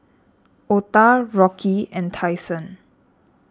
Octa Rocky and Tyson